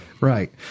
Right